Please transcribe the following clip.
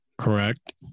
Correct